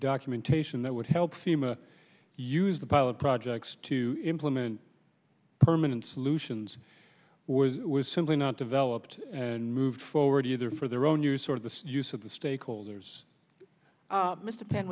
documentation that would help seem a use the pilot projects to implement permanent solutions was simply not developed and moved forward either for their own use sort of the use of the stakeholders mr penn